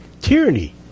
tyranny